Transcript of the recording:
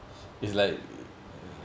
is like